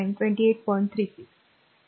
तर मी ते स्वच्छ करतो